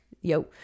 yo